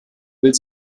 will